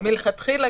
מלכתחילה,